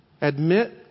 Admit